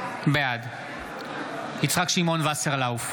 בעד יצחק שמעון וסרלאוף,